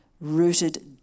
rooted